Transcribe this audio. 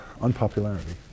unpopularity